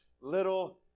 little